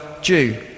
Jew